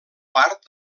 part